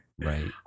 Right